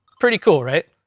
pretty cool, right?